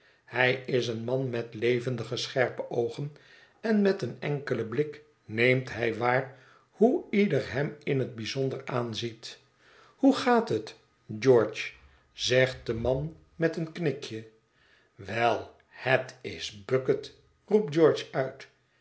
hij is een man met levendige scherpe oogen en met een enkelen blik neemt hij waar hoe ieder hem in het bijzonder aanziet hoe gaat het george zegt de man met een knikje wel het is bucket roept george uit